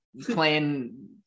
playing